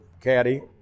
caddy